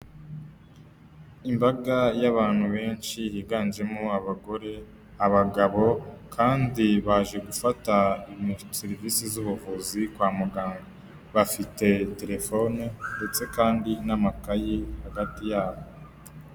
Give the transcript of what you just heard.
Imbaga y'abantu benshi higanjemo abagore, abagabo kandi baje gufata serivisi z'ubuvuzi kwa muganga, bafite telefone ndetse kandi n'amakayi hagati yabo.